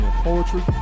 Poetry